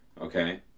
okay